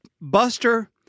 Buster